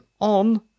on